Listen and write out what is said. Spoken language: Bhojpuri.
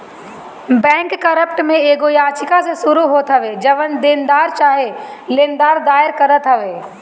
बैंककरप्ट में एगो याचिका से शुरू होत हवे जवन देनदार चाहे लेनदार दायर करत हवे